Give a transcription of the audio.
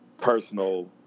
personal